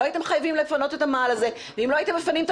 לא הייתם חייבים לפנות את המאהל הזה ואם לא הייתם מפנים את